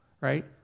Right